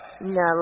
No